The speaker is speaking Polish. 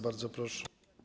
Bardzo proszę.